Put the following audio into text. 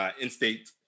instate